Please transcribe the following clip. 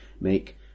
make